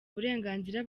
uburenganzira